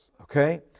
Okay